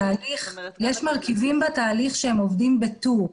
יש מרכיבים בתהליך שהם עובדים בטור.